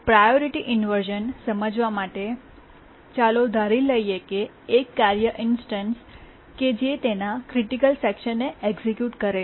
priority inversion સમજવા માટે ચાલો ધારી લઈએ કે એક કાર્ય ઇન્સ્ટન્સ કે જે તેના ક્રિટિકલ સેકશનને એક્સિક્યૂટ કરે છે